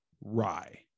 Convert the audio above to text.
rye